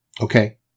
Okay